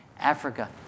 Africa